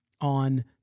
on